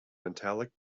metallic